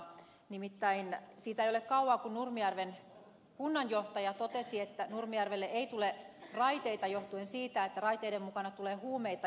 nimittäin siitä ei ole kauaa kun nurmijärven kunnanjohtaja totesi että nurmijärvelle ei tule raiteita johtuen siitä että raiteiden mukana tulee huumeita